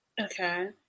Okay